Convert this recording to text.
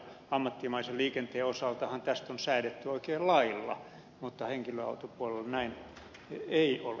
ammattimaisen liikenteen osaltahan tästä on säädetty oikein lailla mutta henkilöautopuolella näin ei ole